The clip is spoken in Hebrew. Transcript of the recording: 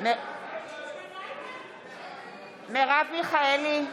יוליה מלינובסקי קונין, בעד מיכאל מלכיאלי,